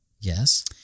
Yes